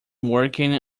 working